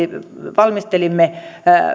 valmistelimme